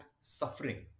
suffering